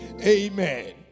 Amen